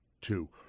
two